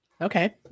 okay